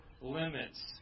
limits